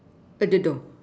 at the door